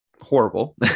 horrible